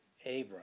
Abram